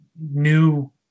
new